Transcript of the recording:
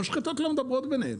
המשחטות לא מדברות ביניהן.